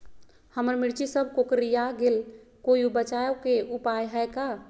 हमर मिर्ची सब कोकररिया गेल कोई बचाव के उपाय है का?